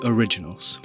Originals